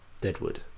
Deadwood